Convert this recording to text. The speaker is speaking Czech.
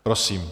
Prosím.